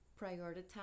prioritize